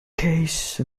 case